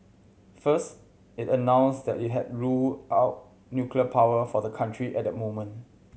first it announced that it had ruled out nuclear power for the country at the moment